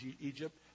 Egypt